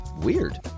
Weird